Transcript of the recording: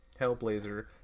Hellblazer